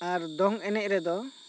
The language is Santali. ᱟᱨ ᱫᱚᱝ ᱮᱱᱮᱡ ᱨᱮᱫᱚ